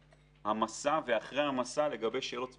המסע ואחרי המסע לגבי שאלות ספציפיות.